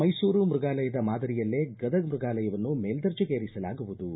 ಮೈಸೂರು ಮೈಗಾಲಯದ ಮಾದರಿಯಲ್ಲೇ ಗದಗ ಮೈಗಾಲಯವನ್ನು ಮೇಲ್ವರ್ಜೆಗೇರಿಸಲಾಗುವುದು ಎಂದರು